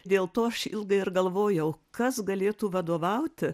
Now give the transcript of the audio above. dėl to aš ilgai ir galvojau kas galėtų vadovauti